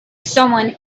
someone